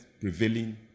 prevailing